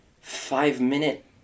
five-minute